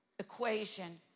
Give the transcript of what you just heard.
equation